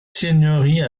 seigneurie